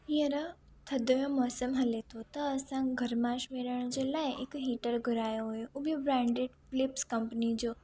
हींअर थधि जो मौसम हले थो त असां गर्माश मिलण जे लाइ हिकु हीटर घुरायो हुओ उहो बि ब्रांडेड फिलिप्स कंपनी जो